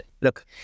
look